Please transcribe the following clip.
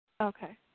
Okay